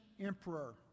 emperor